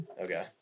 Okay